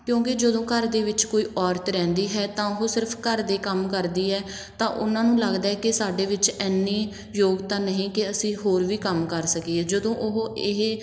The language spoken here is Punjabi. ਕਿਉਂਕਿ ਜਦੋਂ ਘਰ ਦੇ ਵਿੱਚ ਕੋਈ ਔਰਤ ਰਹਿੰਦੀ ਹੈ ਤਾਂ ਉਹ ਸਿਰਫ਼ ਘਰ ਦੇ ਕੰਮ ਕਰਦੀ ਹੈ ਤਾਂ ਉਹਨਾਂ ਨੂੰ ਲੱਗਦਾ ਕਿ ਸਾਡੇ ਵਿੱਚ ਇੰਨੀ ਯੋਗਤਾ ਨਹੀਂ ਕਿ ਅਸੀਂ ਹੋਰ ਵੀ ਕੰਮ ਕਰ ਸਕੀਏ ਜਦੋਂ ਉਹ ਇਹ